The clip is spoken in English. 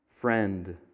Friend